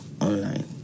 online